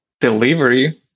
delivery